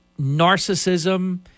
narcissism